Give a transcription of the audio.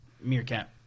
meerkat